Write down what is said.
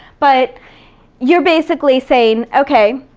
but you're basically saying, okay,